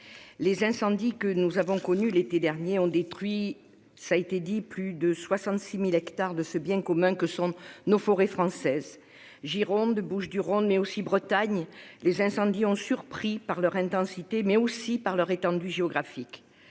les incendies que nous avons connus l'été dernier ont détruit plus de soixante-six mille hectares de ce bien commun que sont nos forêts. La Gironde, les Bouches-du-Rhône, mais aussi la Bretagne : les incendies ont surpris par leur intensité, mais aussi par leur étendue géographique.